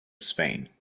spain